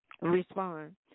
Respond